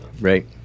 Right